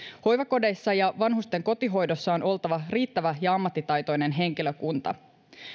hoivakodeissa ja vanhusten kotihoidossa on oltava riittävä ja ammattitaitoinen henkilökunta